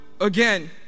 again